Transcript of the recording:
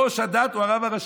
ראש הדת הוא הרב הראשי.